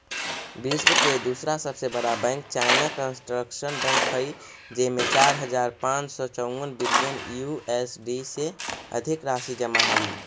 विश्व के दूसरा सबसे बड़ा बैंक चाइना कंस्ट्रक्शन बैंक हइ जेमें चार हज़ार पाँच सौ चउवन बिलियन यू.एस.डी से अधिक राशि जमा हइ